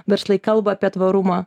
verslai kalba apie tvarumą